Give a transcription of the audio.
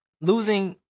Losing